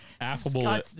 affable